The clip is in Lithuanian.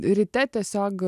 ryte tiesiog